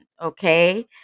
okay